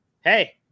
hey